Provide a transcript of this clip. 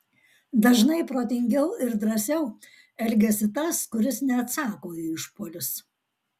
dažnai protingiau ir drąsiau elgiasi tas kuris neatsako į išpuolius